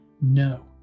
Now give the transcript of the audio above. No